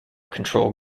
control